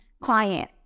client